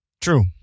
True